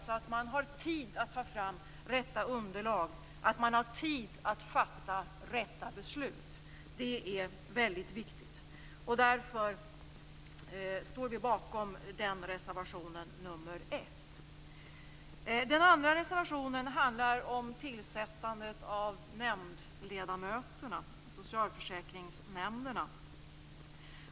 Man måste ha tid att ta fram riktiga underlag och fatta riktiga beslut. Det är väldigt viktigt. Därför står vi bakom reservation nr 1. Den andra reservationen handlar om tillsättandet av ledamöterna i socialförsäkringsnämnderna.